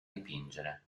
dipingere